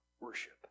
worship